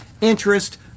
interest